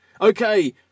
Okay